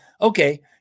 okay